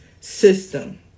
system